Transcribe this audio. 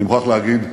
אני מוכרח להגיד,